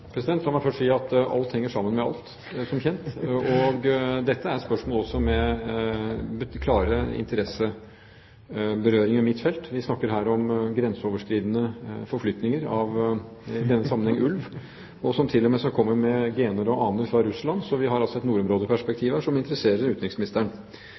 La meg først si at alt henger sammen med alt, som kjent. Og dette er spørsmål også med klar berøring med mitt interessefelt: Vi snakker her om grenseoverskridende forflytninger, i denne sammenheng av ulv, som til og med kommer med gener og aner fra Russland. Så vi har altså et